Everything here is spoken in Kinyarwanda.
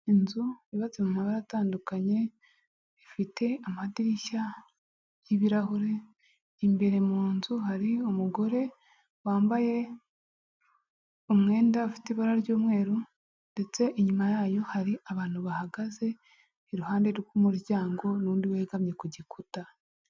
Inzu yubatse mu mabara atandukanye, ifite amadirishya y'ibirahure. Imbere mu nzu hari umugore wambaye umwenda ufite ibara ry'umweru ndetse inyuma yayo hari abantu bahagaze iruhande rw'umuryango n'undi wegamye ku gikuta.